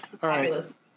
fabulous